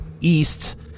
east